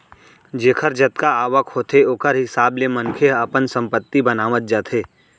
जेखर जतका आवक होथे ओखर हिसाब ले मनखे ह अपन संपत्ति बनावत जाथे